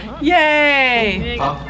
Yay